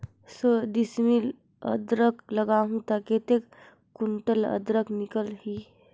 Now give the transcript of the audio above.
सौ डिसमिल अदरक लगाहूं ता कतेक कुंटल अदरक निकल ही?